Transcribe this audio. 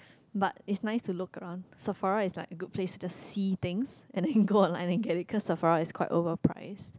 but is nice to look around Sephora is like good place to see things and then I can go online and get it because Sephora is like overpriced